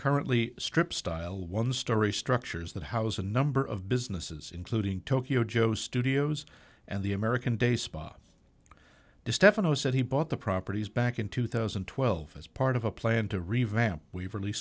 currently strip style one story structures that house a number of businesses including tokyo joe's studios and the american day spa to stefano said he bought the properties back in two thousand and twelve as part of a plan to revamp we've release